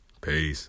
Peace